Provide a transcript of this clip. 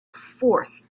forced